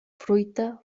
fruita